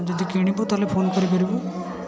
ତୁ ଯଦି କିଣିବୁ ତାହେଲେ ଫୋନ୍ କରିପାରିବୁ